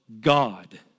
God